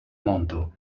monto